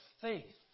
faith